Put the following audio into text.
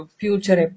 future